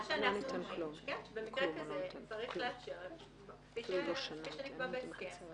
אנחנו אומרים שצריך לאפשר את זה כפי שנקבע בהסכם